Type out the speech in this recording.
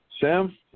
Sam